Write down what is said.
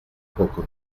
poco